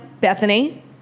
Bethany